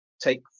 take